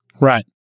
Right